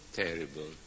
terrible